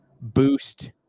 boost